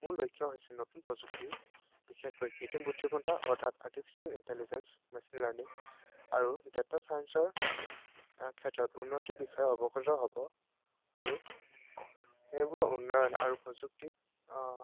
মোৰ লক্ষ্য হৈছে নতুন প্ৰযুক্তি বিশেষকৈ কৃত্ৰিম বুদ্ধিমত্ত্বা অৰ্থাৎ আৰ্টিফিচিয়েল ইণ্টেলিজেঞ্চ মেচিন লাৰ্ণিং আৰু ডেটা ছায়েন্সৰ ক্ষেত্ৰত উন্নতিৰ বিষয়ে অৱগত হ'ব আৰু সেইবোৰৰ উন্নয়ন আৰু প্ৰযুক্তিত